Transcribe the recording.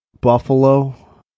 Buffalo